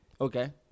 Okay